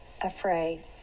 afraid